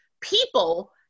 people